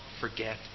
forget